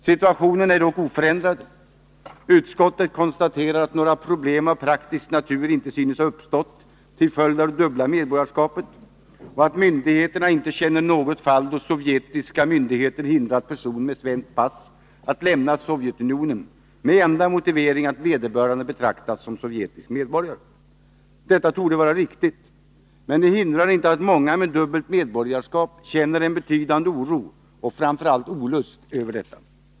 Situationen är dock oförändrad. Utskottet konstaterar att några problem av praktisk natur inte synes ha uppstått till följd av det dubbla medborgarskapet och att myndigheterna inte känner något fall då sovjetiska myndigheter hindrat person med svenskt pass att lämna Sovjetunionen med enda motivering att vederbörande betraktas som sovjetisk medborgare. Detta torde vara riktigt, men det hindrar inte att många med dubbelt medborgarskap känner en betydande oro för och framför allt olust över detta.